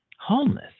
homeless